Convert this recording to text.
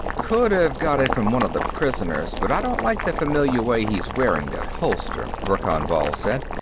could have got it from one of the prisoners, but i don't like the familiar way he's wearing that holster, verkan vall said.